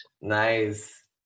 Nice